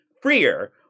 freer